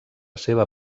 seva